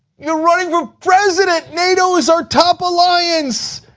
you are running for president, nato is our top alliance,